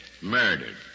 murdered